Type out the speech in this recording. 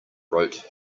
wrote